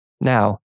Now